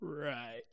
Right